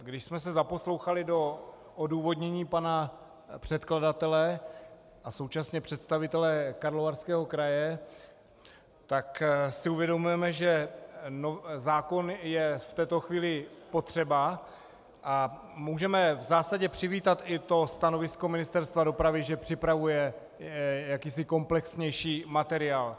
Když jsme se zaposlouchali do odůvodnění pana předkladatele a současně představitele Karlovarského kraje, tak si uvědomujeme, že zákon je v této chvíli potřeba, a můžeme v zásadě přivítat i to stanovisko Ministerstva dopravy, že připravuje jakýsi komplexnější materiál.